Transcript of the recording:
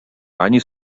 они